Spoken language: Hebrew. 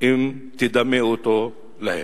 אם תדמה אותו להן.